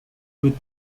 with